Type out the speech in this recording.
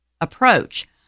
approach